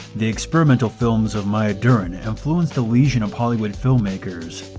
the experimental films of maya deren influenced a legion of hollywood filmmakers.